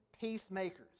peacemakers